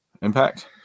Impact